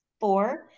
Four